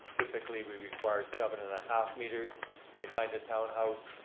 typically, we require seven and half meters behind a townhouse,